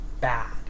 bad